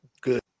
Good